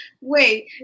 Wait